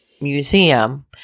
museum